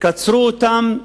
קצרו אותם,